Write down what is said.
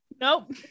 nope